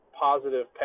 positive